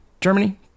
Germany